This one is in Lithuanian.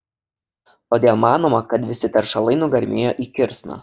todėl manoma kad visi teršalai nugarmėjo į kirsną